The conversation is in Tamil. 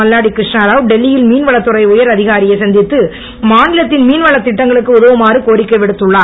மல்லாடி டெல்லியில் மீன் வளத்துறை உயர் அதிகாரியை சந்தித்து மாநிலத்தின் மீன்வளத்திட்டங்களுக்கு உதவுமாறு கோரிக்கை விடுத்துள்ளார்